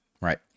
Right